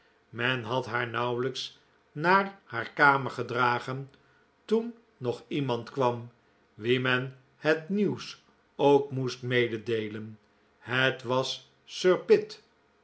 men had haar nauwelijks naar haar kamer gedragen toen nog iemand kwam wien men het nieuws ook moest mededeelen het was sir